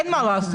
אין מה לעשות,